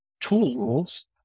tools